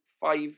five